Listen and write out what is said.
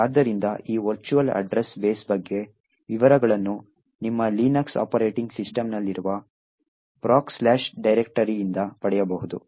ಆದ್ದರಿಂದ ಈ virtual address base ಬಗ್ಗೆ ವಿವರಗಳನ್ನು ನಿಮ್ಮ ಲಿನಕ್ಸ್ ಆಪರೇಟಿಂಗ್ ಸಿಸ್ಟಂನಲ್ಲಿರುವ proc ಡೈರೆಕ್ಟರಿಯಿಂದ ಪಡೆಯಬಹುದು